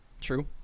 True